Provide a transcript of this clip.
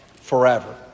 forever